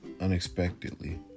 unexpectedly